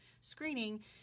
screening